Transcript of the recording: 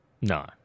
No